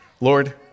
Lord